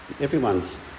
Everyone's